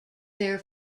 their